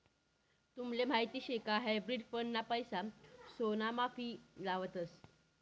तुमले माहीत शे हायब्रिड फंड ना पैसा सोनामा भी लावतस